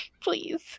please